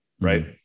Right